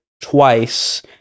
twice